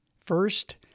First